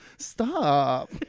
Stop